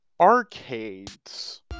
Arcades